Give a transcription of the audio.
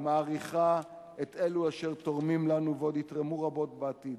היא מעריכה את אלו אשר תורמים לנו ועוד יתרמו רבות בעתיד.